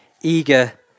eager